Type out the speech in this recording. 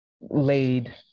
laid